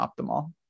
optimal